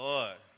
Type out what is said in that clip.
Lord